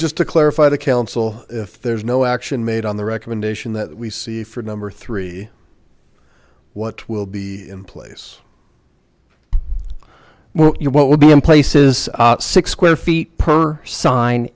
just to clarify the council if there's no action made on the recommendation that we see for number three what will be in place well you know what will be in place is six square feet per sign